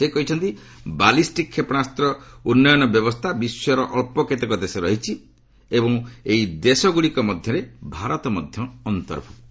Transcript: ସେ କହିଛନ୍ତି ବାଲିଷ୍ଟିକ୍ କ୍ଷେପଣାସ୍ତ ଉନ୍ନୟନ ବ୍ୟବସ୍ଥା ବିଶ୍ୱର ଅଞ୍ଚ କେତେକ ଦେଶରେ ରହିଛି ଏବଂ ଏହି ଦେଶଗ୍ରଡ଼ିକ ମଧ୍ୟରେ ଭାରତ ମଧ୍ୟ ଅନ୍ତର୍ଭ୍ତକ୍ତ